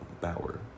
Bauer